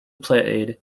played